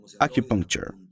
acupuncture